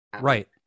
Right